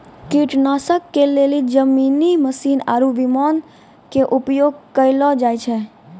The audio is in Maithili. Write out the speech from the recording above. कीटनाशक के लेली जमीनी मशीन आरु विमान के उपयोग कयलो जाय छै